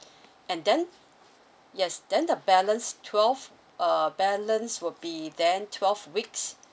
and then yes then the balance twelve uh balance will be then twelve weeks